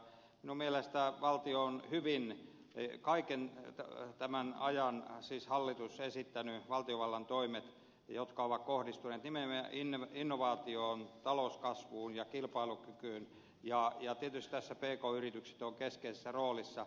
minun mielestäni hallitus on hyvin kaiken tämän ajan esittänyt valtiovallan toimet jotka ovat kohdistuneet nimenomaan innovaatioon talouskasvuun ja kilpailukykyyn ja tietysti tässä pk yritykset ovat keskeisessä roolissa